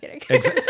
kidding